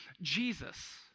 Jesus